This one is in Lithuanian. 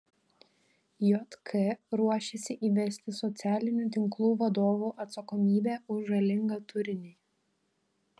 jk ruošiasi įvesti socialinių tinklų vadovų atsakomybę už žalingą turinį